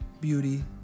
beauty